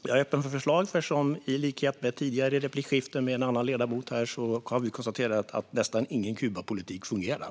Jag är öppen för förslag, för även i ett tidigare replikskifte med en annan ledamot har vi konstaterat att nästan ingen Kubapolitik fungerar.